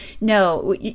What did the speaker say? No